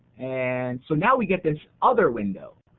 and so now we get this other window,